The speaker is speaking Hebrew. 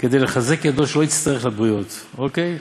כדי לחזק ידו שלא יצטרך לבריות", אוקיי?